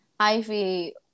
Ivy